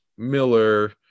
Miller